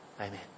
Amen